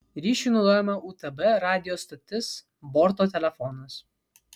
ryšiui naudojama utb radijo stotis borto telefonas